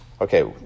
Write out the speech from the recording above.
Okay